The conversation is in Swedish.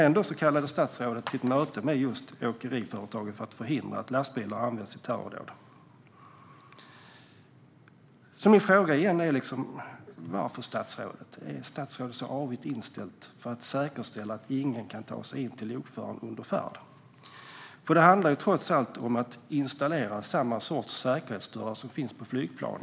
Ändå kallade statsrådet till ett möte med just åkeriföretagen för att förhindra att lastbilar används i terrordåd. Min fråga är alltså, återigen: Varför är statsrådet så avigt inställd till att säkerställa att ingen kan ta sig in till lokföraren under färd? Det handlar trots allt om att installera samma sorts säkerhetsdörrar som finns i flygplan.